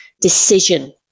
decision